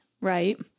right